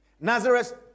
Nazareth